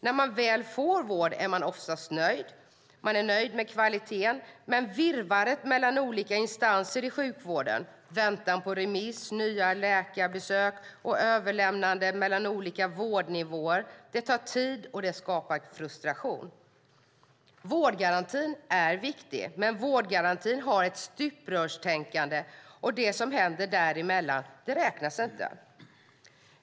När man väl får vård är man oftast nöjd med kvaliteten, men virrvarret mellan olika instanser i sjukvården, väntan på remiss, nya läkarbesök och överlämnandet mellan olika vårdnivåer tar tid och skapar frustration. Vårdgarantin är viktig, men vårdgarantin har ett stuprörstänkande och det som händer däremellan räknas inte.